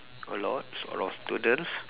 a lot a lot of students